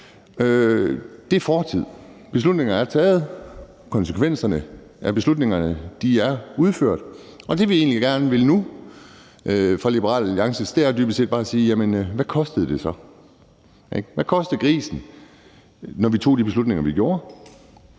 Det er fortid. Beslutningerne er taget, konsekvenserne af beslutningerne er udført, og det, man fra Liberal Alliances side nu egentlig gerne vil, er dybest set bare at spørge: Hvad kostede det så? Hvad kostede grisen, når vi tog de beslutninger, vi gjorde?